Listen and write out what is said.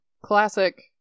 Classic